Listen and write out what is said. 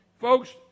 Folks